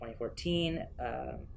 2014